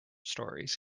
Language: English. stories